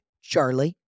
Charlie